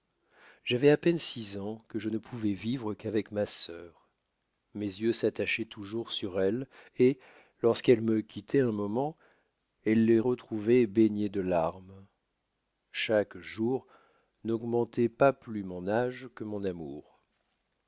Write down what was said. j'avois à peine six ans que je ne pouvois vivre qu'avec ma sœur mes yeux s'attachoient toujours sur elle et lorsqu'elle me quittoit un moment elle les retrouvoit baignés de larmes chaque jour n'augmentoit pas plus mon âge que mon amour